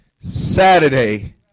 Saturday